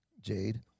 Jade